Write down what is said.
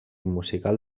musical